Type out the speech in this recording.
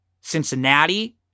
Cincinnati